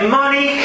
money